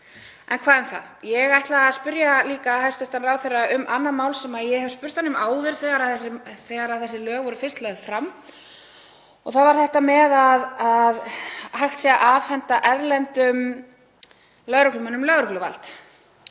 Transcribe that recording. en hvað um það. Ég ætlaði líka að spyrja hæstv. ráðherra um annað mál sem ég spurði hana um áður þegar þessi lög voru fyrst lögð fram. Það var þetta með að hægt sé að afhenda erlendum lögreglumönnum lögregluvald.